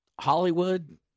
Hollywood